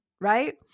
right